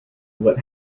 what